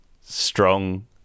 strong